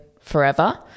forever